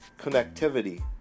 connectivity